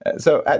so,